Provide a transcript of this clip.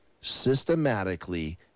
systematically